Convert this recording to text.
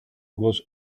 was